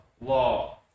law